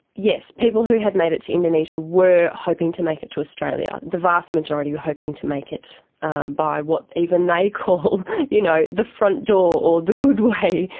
yes, people who had made it to indonesia were hoping to make it to australia. the vast majority were hoping to make it by what even they call you know the front door or the good way.